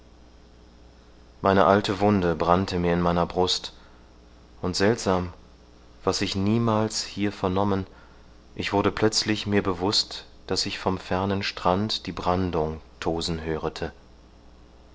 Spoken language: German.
meine alte wunde brannte mir in meiner brust und seltsam was ich niemals hier vernommen ich wurde plötzlich mir bewußt daß ich vom fernen strand die brandung tösen hörete